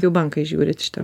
jau bankai žiūri į šitą